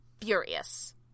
furious